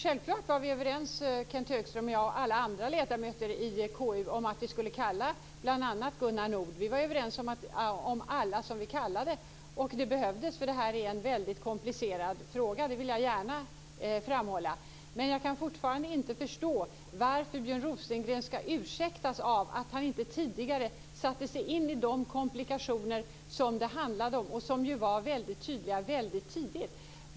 Självfallet var jag, Kenth Högström och alla andra ledamöter i KU överens om att vi skulle kalla bl.a. Gunnar Nord. Vi var överens om alla som vi kallade. Det behövdes, eftersom det är en väldigt komplicerad fråga. Det vill jag gärna framhåll. Men jag kan fortfarande inte förstå varför Björn Rosengren ska ursäktas av att han inte tidigare satte sig in i de komplikationer som det handlade om och som ju var väldigt tydliga väldigt tidigt.